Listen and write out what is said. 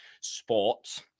Sports